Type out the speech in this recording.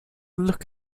look